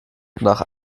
nach